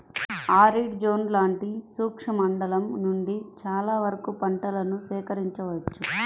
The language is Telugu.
ఆరిడ్ జోన్ లాంటి శుష్క మండలం నుండి చాలా వరకు పంటలను సేకరించవచ్చు